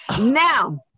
Now